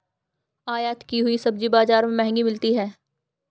आयत की हुई सब्जी बाजार में महंगी मिलती है